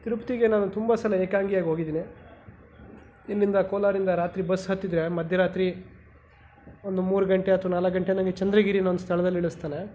ತಿರುಪತಿಗೆ ನಾನು ತುಂಬ ಸಲ ಏಕಾಂಗಿಯಾಗಿ ಹೋಗಿದ್ದೀನಿ ಇಲ್ಲಿಂದ ಕೋಲಾರಿಂದ ರಾತ್ರಿ ಬಸ್ ಹತ್ತಿದರೆ ಮಧ್ಯರಾತ್ರಿ ಒಂದು ಮೂರು ಗಂಟೆ ಅಥವಾ ನಾಲ್ಕು ಗಂಟೆ ಹಂಗೆ ಚಂದ್ರಗಿರಿ ಅನ್ನೋ ಒಂದು ಸ್ಥಳದಲ್ಲಿ ಇಳಿಸ್ತಾನೆ